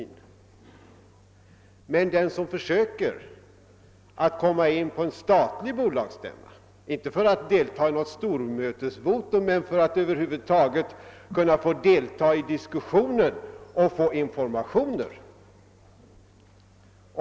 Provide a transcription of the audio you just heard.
Men det är en annan sak med den som försöker komma in på en statlig bolagsstämma, inte för att delta i något stormötesvotum men för att över huvud taget kunna få delta i diskussionen och få information.